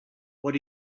what